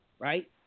Right